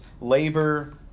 labor